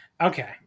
Okay